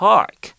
Park